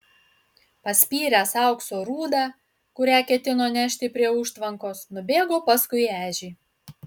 paspyręs aukso rūdą kurią ketino nešti prie užtvankos nubėgo paskui ežį